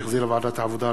שהחזירה ועדת העבודה,